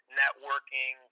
networking